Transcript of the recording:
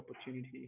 opportunity